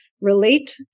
relate